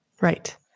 Right